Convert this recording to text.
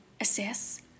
assess